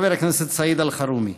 חבר הכנסת סעיד אלחרומי.